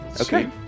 Okay